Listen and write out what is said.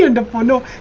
and manual